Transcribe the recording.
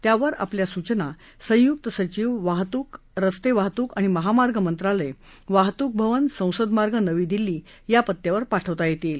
त्यावर आपल्या सूचना संयुक्त सचीव वाहतूक रस्ते वाहतूक आणि महामार्ग मंत्रालय वाहतूक भवन संसद मार्ग नवी दिल्ली या पत्यावर पाठवता येतील